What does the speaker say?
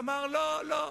אמר: לא, לא,